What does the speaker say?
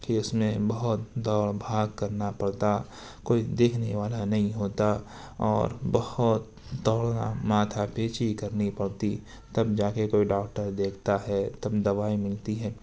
کہ اس میں بہت دوڑ بھاگ کرنا پڑتا کوئی دیکھنے والا نہیں ہوتا اور بہت دوڑنا ماتھا پیچی کرنی پڑتی تب جاکے کوئی ڈاکٹر دیکھتا ہے تب دوائی ملتی ہے